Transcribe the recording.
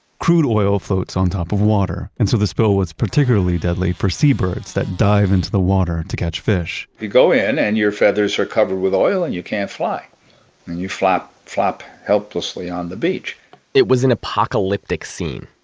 crude oil floats on top of water and so the spill was particularly deadly for seabirds that dive into the water to catch fish you go in and your feathers are covered with oil and you can't fly and you flap flap helplessly on the beach it was an apocalyptic scene,